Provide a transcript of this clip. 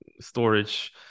storage